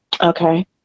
Okay